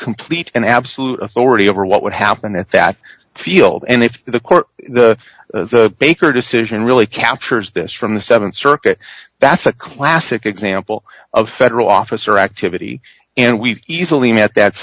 complete and absolute authority over what would happen in that field and if the court the baker decision really captures this from the th circuit that's a classic example of federal officer activity and we easily met that